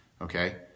okay